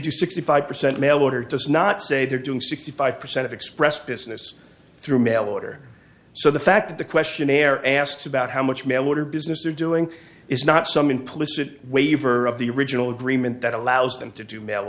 do sixty five percent mail order does not say they're doing sixty five percent of express business through mail order so the fact that the questionnaire asks about how much mail order business are doing is not some implicit waiver of the original agreement that allows them to do mail